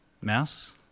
mouse